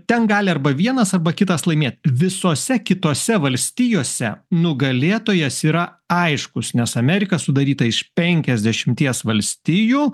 ten gali arba vienas arba kitas laimėt visose kitose valstijose nugalėtojas yra aiškus nes amerika sudaryta iš penkiasdešimties valstijų